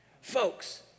Folks